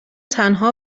تنها